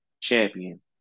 champion